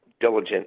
diligent